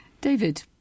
David